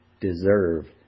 deserve